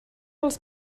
dels